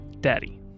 Daddy